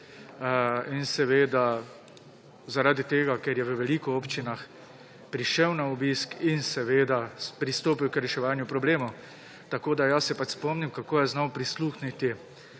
opcij, zaradi tega, ker je v veliko občin prišel na obisk in pristopil k reševanju problemov. Tako se spomnim, kako je znal prisluhniti